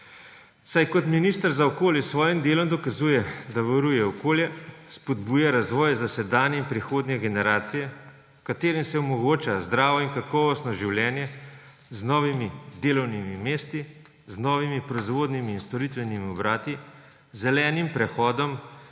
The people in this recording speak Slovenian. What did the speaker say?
saj kot minister za okolje s svojim delom dokazuje, da varuje okolje, spodbuja razvoj za sedanje in prihodnje generacije, ki se jim omogoča zdravo in kakovostno življenje z novimi delovnimi mesti, z novimi proizvodnimi in storitvenimi obrati, z zelenim prehodom